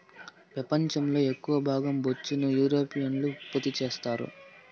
పెపంచం లో ఎక్కవ భాగం బొచ్చును యూరోపియన్లు ఉత్పత్తి చెత్తారు